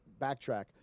backtrack